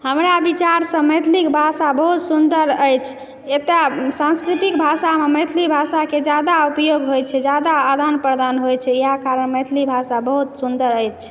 हमरा विचारसँ मैथिलीक भाषा बहुत सुन्दर अछि एतय सांस्कृतिक भाषामऽ हमर मैथिली भाषाके ज्यादा उपयोग होयत छै ज्यादा आदान प्रदान होयत छै इएह कारण मैथिली भाषा बहुत सुन्दर अछि